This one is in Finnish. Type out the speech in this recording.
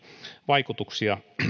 vaikutuksia